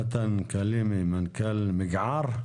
נתן קלימי, מנכ"ל מגע"ר.